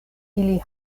ili